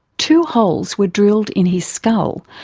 two holes were drilled in his skull,